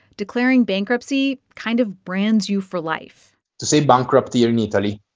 declaring bankruptcy kind of brands you for life to say bankruptcy in italy,